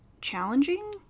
challenging